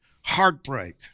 heartbreak